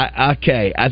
Okay